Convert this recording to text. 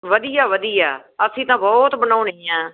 ਵਧੀਆ ਵਧੀਆ ਅਸੀਂ ਤਾਂ ਬਹੁਤ ਬਣਾਉਂਦੇ ਹਾਂ